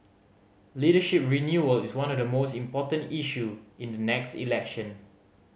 leadership renewal is one of the most important issue in the next election